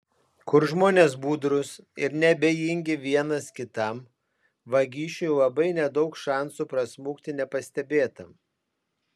kur žmonės budrūs ir neabejingi vienas kitam vagišiui labai nedaug šansų prasmukti nepastebėtam